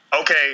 Okay